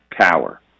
power